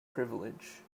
privilege